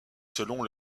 selon